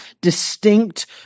distinct